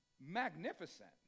magnificent